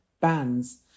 bands